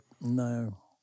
No